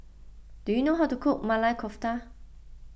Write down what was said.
do you know how to cook Maili Kofta